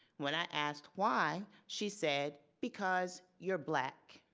when i asked why, she said, because you're black.